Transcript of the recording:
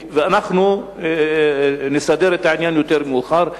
ואנחנו נסדר את העניין יותר מאוחר.